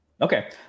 Okay